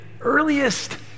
earliest